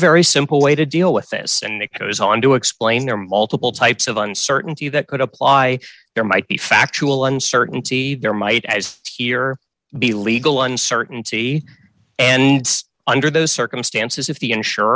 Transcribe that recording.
very simple way to deal with this and it goes on to explain there are multiple types of uncertainty that could apply there might be factual uncertainty there might as here be legal uncertainty and under those circumstances if the